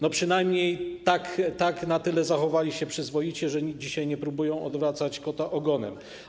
No, przynajmniej na tyle zachowali się przyzwoicie, że dzisiaj nie próbują odwracać kota ogonem.